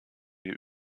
wir